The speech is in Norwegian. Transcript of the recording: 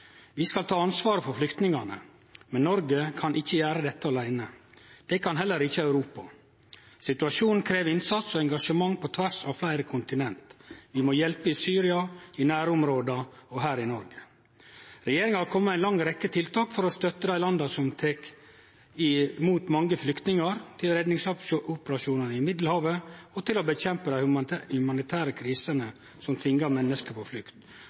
Vi skal ta ansvar for flyktningane, men Noreg kan ikkje gjere dette åleine. Det kan heller ikkje Europa. Situasjonen krev innsats og engasjement på tvers av fleire kontinent. Vi må hjelpe i Syria, i nærområda og her i Noreg. Regjeringa har kome med ei lang rekkje tiltak for å støtte dei landa som tek imot mange flyktningar, til redningsoperasjonen i Middelhavet og til å kjempe mot dei humanitære krisene som tvingar menneske på